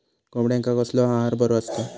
कोंबड्यांका कसलो आहार बरो असता?